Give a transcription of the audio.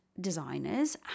designers